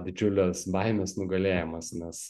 didžiulės baimės nugalėjimas nes